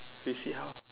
you see how